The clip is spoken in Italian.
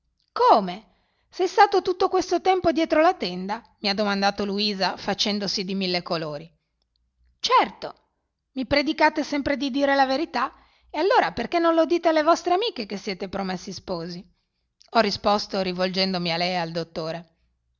come sei stato tutto questo tempo dietro la tenda mi ha domandato luisa facendosi di mille colori certo mi predicate sempre di dire la verità e allora perché non dite alle vostre amiche che siete promessi sposi ho risposto rivolgendomi a lei e al dottore